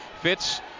Fitz